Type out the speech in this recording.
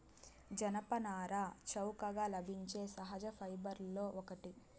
జనపనార చౌకగా లభించే సహజ ఫైబర్లలో ఒకటి